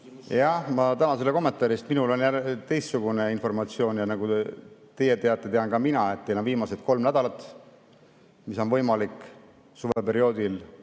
Ma tänan selle kommentaari eest. Minul on jälle teistsugune informatsioon. Ja nagu teie teate, tean ka mina, et teil on viimased kolm nädalat, kui on võimalik suveperioodil